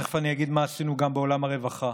תכף אני אגיד מה עשינו גם בעולם הרווחה.